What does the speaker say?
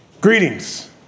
greetings